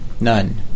None